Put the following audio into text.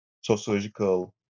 sociological